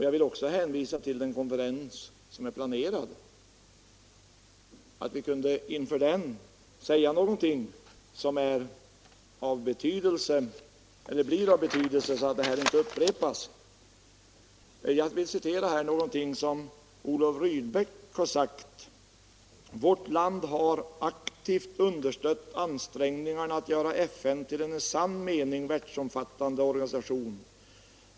Jag vill också hänvisa till att vi inför den konferens som är planerad kan säga någonting som blir av sådan betydelse att vad som hänt inte upprepas. Jag vill i detta sammanhang återge något som Olof Rydbeck sagt: Vårt land har aktivt understött ansträngningarna att göra FN till er i sann mening världsomfattande organisation.